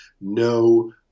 no